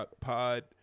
Pod